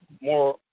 more